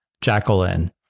Jacqueline